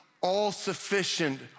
all-sufficient